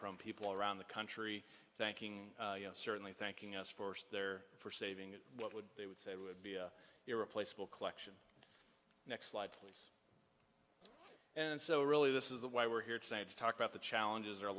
from people around the country thanking certainly thanking us forces there for saving what would they would say would be irreplaceable collection next slide please and so really this is why we're here today to talk about the challenges are